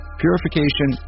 purification